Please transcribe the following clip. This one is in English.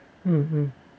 uh uh